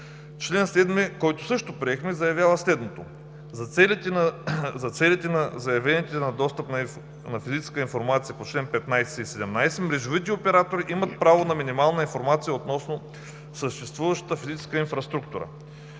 Член 7, който също приехме, заявява следното: „За целите на заявяване на достъп до физическа инфраструктура по чл. 15 и 17 мрежовите оператори имат право на минимална информация относно съществуващата физическа инфраструктура“,